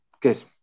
good